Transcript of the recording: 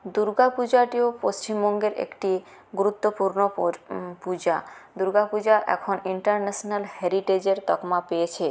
দুর্গাপূজাটিও পশ্চিমবঙ্গের একটি গুরুত্বপূর্ণ পূজা দুর্গাপূজা এখন ইন্টারন্যাশনাল হেরিটেজের তকমা পেয়েছে